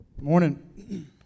Morning